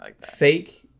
Fake